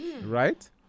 right